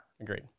Agreed